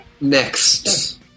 next